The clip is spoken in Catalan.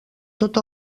tot